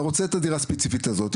אתה רוצה את הדירה הספציפית הזאת,